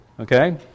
Okay